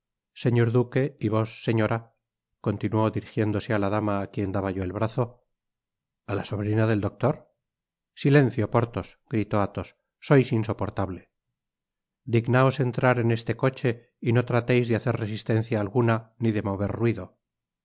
señor duque y vos señora continuó dirigiéndose á la dama á quien daba yo el brazo a la sobrina del doclor silencio porthos gritó athos sois insoportable dignaos entrar en este coche y no trateis de hacer resistencia alguna ni de mover ruido